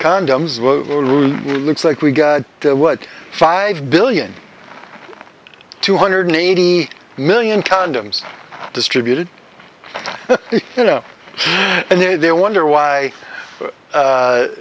condoms looks like we got that what five billion two hundred eighty million condoms distributed you know and then they wonder why